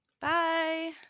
Bye